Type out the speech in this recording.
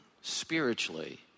spiritually